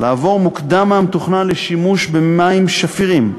לעבור מוקדם מהמתוכנן לשימוש במים שפירים,